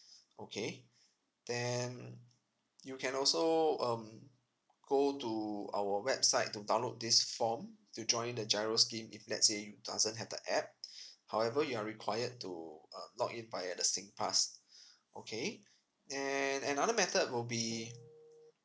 okay then you can also um go to our website to download this form to join the giro scheme if let's say you doesn't have the app however you are required to uh log in via the singpass okay then another method will be